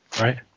Right